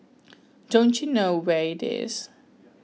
don't you know where it is